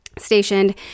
stationed